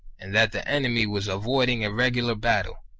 and that the enemy was avoiding a regular battle.